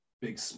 Big